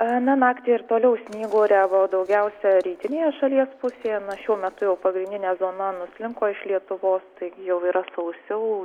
aną naktį ir toliau snyguriavo daugiausia rytinėje šalies pusėje šiuo metu jau pagrindinė zona nuslinko iš lietuvos taigi jau yra sausiau